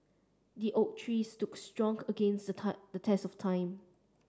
the oak tree stood strong against the time the test of time